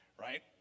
right